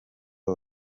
aba